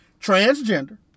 transgender